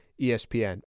espn